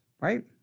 right